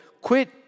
quit